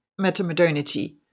metamodernity